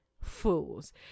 fools